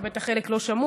כי חלק בטח לא שמעו,